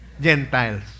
Gentiles